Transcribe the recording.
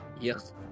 Yes